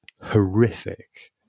horrific